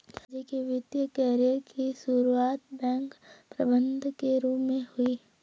संजय के वित्तिय कैरियर की सुरुआत बैंक प्रबंधक के रूप में हुई